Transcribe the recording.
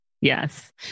Yes